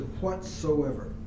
Whatsoever